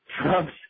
trumps